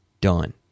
done